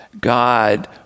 God